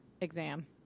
exam